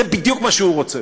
זה בדיוק מה שהוא רוצה,